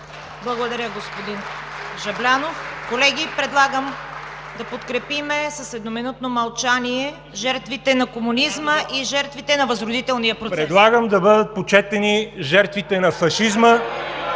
Благодаря Ви, господин Жаблянов. Колеги, предлагам да подкрепим с едноминутно мълчание жертвите на комунизма и жертвите на възродителния процес. ВАЛЕРИ ЖАБЛЯНОВ: Предлагам да бъдат почетени жертвите на фашизма